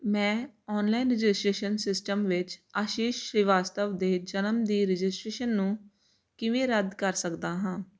ਮੈਂ online registration system ਵਿੱਚ ਆਸ਼ੀਸ਼ ਸ਼੍ਰੀਵਾਸਤਵ ਦੇ ਜਨਮ ਦੀ ਰਜਿਸਟ੍ਰੇਸ਼ਨ ਨੂੰ ਕਿਵੇਂ ਰੱਦ ਕਰ ਸਕਦਾ ਹਾਂ